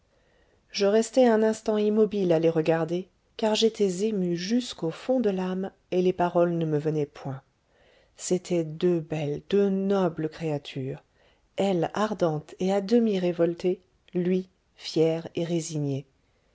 je restai un instant immobile à les regarder car j'étais ému jusqu'au fond de l'âme et les paroles ne me venaient point c'étaient deux belles deux nobles créatures elle ardente et à demi révoltée lui fier et résigné